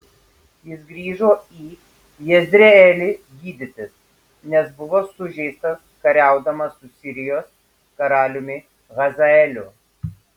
jis grįžo į jezreelį gydytis nes buvo sužeistas kariaudamas su sirijos karaliumi hazaeliu